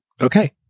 okay